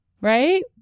right